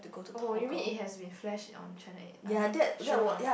oh you mean it has been flashed on channel-eight I mean shown on